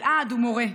אלעד הוא מורה,